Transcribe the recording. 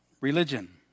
religion